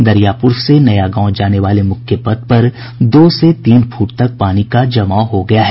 दरियापुर से नया गांव जाने वाले मुख्य पथ पर दो से तीन फुट तक पानी का जमाव हो गया है